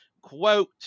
quote